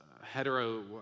hetero